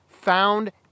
found